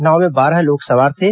नाव में बारह लोग सवार थे